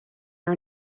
our